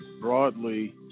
broadly